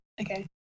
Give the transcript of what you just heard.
okay